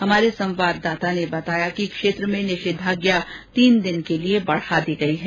हमारे संवाददाता ने बताया कि क्षेत्र में निषेधाज्ञा तीन दिन के लिये बढा दी गई है